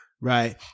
right